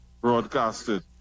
broadcasted